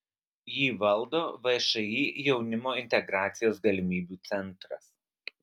jį valdo všį jaunimo integracijos galimybių centras